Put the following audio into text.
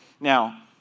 Now